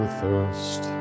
thirst